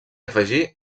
afegí